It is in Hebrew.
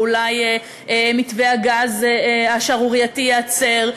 ואולי מתווה הגז השערורייתי ייעצר,